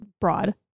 broad